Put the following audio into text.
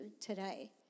today